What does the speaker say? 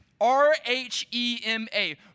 R-H-E-M-A